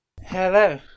Hello